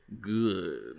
good